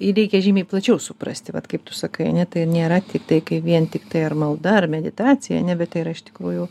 jį reikia žymiai plačiau suprasti vat kaip tu sakai ane tai nėra tiktai kai vien tiktai ar malda ar meditacija ane bet tai yra iš tikrųjų